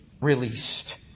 released